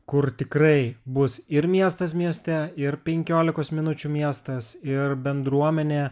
kur tikrai bus ir miestas mieste ir penkiolikos minučių miestas ir bendruomenė